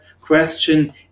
question